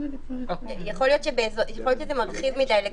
יכול להיות שזה מרחיב מדי.